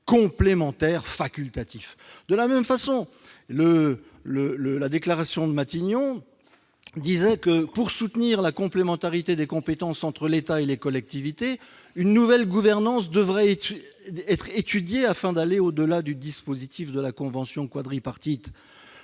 temps des élèves. De même, la déclaration de Matignon précise que, pour soutenir la complémentarité des compétences entre l'État et les collectivités, « une nouvelle gouvernance devra être étudiée afin d'aller au-delà du dispositif de la convention quadripartite